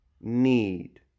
need